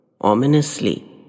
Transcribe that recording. Ominously